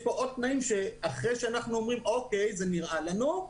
יש פה עוד תנאים שאחרי שאנחנו אומרים שזה נראה לנו,